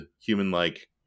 human-like